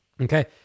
Okay